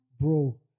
Bro